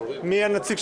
סיעת מרצ.